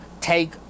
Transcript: take